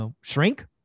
shrink